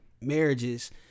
marriages